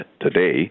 today